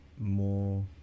more